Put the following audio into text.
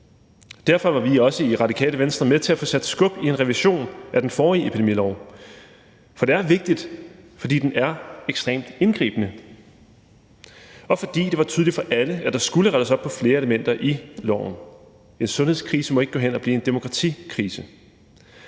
Derfor var vi også i Radikale Venstre med til at få sat skub i en revision af den forrige epidemilov. For det er vigtigt, fordi den er ekstremt indgribende, og fordi det var tydeligt for alle, at der skulle rettes op på flere elementer i loven. Sundhedskrisen må ikke gå hen og blive en demokratikrise.